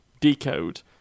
decode